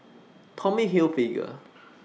Tommy Hilfiger